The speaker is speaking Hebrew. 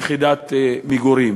יחידת מגורים.